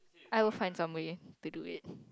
I will find some way to do it